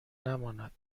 نماند